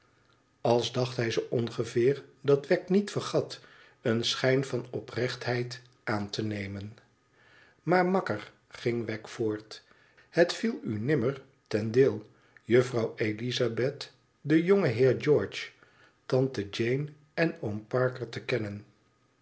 als dacht hij zoo ongeveer dat wegg niet vergat een schijn van oprechtheid aan te nemen imaar makker ging wegg voort het viel u nimmer ten deel juffrouw elizabeth den jongen heer george tante jeane en oom parker te kennen